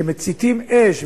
שמציתים אש,